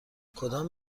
کدام